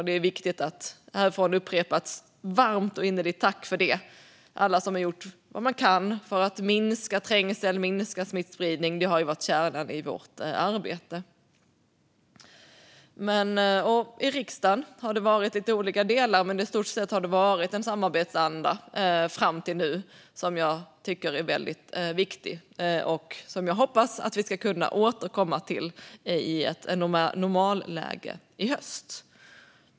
Det är viktigt att härifrån upprepa ett varmt och innerligt tack för det till alla som har gjort vad man kan för att minska trängsel och smittspridning. Det har varit kärnan i vårt arbete. I riksdagen har det varit lite olika, men i stort sett har det varit en samarbetsanda fram till nu som jag tycker är väldigt viktig och som jag hoppas att vi ska kunna återkomma till i ett normalläge i höst.